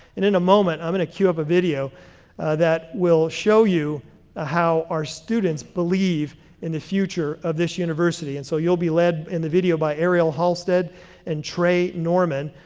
in in a moment, i'm going to queue up a video that will show you how our students believe in the future of this university, and so you'll be led in the video by ariel halsted and trey norman,